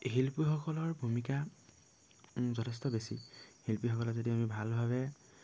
শিল্পীসকলৰ ভূমিকা যথেষ্ট বেছি শিল্পীসকলক যদি আমি ভালভাৱে